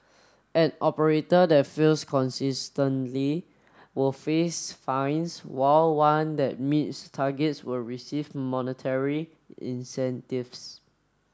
an operator that fails consistently will face fines while one that meets targets will receive monetary incentives